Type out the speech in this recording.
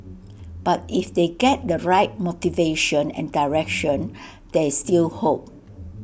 but if they get the right motivation and direction there's still hope